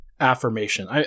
affirmation